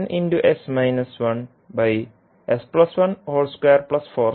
ഇവിടെ ω 4